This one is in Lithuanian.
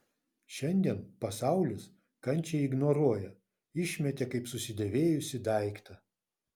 šiandien pasaulis kančią ignoruoja išmetė kaip susidėvėjusį daiktą